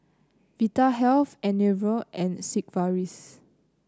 Vitahealth Enervon and Sigvaris